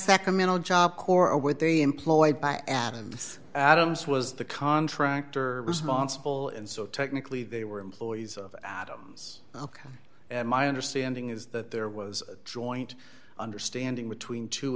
sacramento job corps or what they employed by adams adams was the contractor responsible and so technically they were employees of adams ok and my understanding is that there was a joint understanding between two